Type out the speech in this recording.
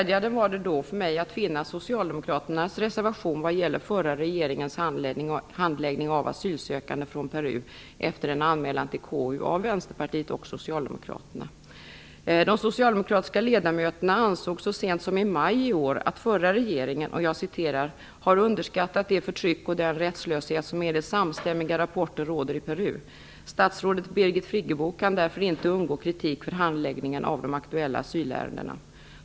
Det var för mig glädjande att finna Socialdemokraternas reservation vad gäller förra regeringens handläggning av asylsökande från Peru efter en anmälan till KU av Vänsterpartiet och Socialdemokraterna. De socialdemokratiska ledamöterna ansåg så sent som i maj i år att förra regeringen "har underskattat det förtryck och den rättslöshet som enligt samstämmiga rapporter råder i Peru." Man menade vidare att statsrådet Birgit Friggebo därför inte kunde undgå kritik för handläggningen av de aktuella asylärendena.